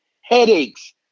headaches